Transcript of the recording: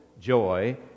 joy